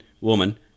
woman